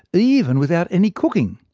even without any cooking.